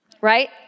right